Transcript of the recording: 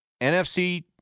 NFC